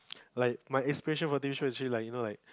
like my inspiration what T_V show like you know like